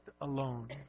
alone